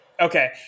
okay